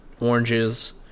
oranges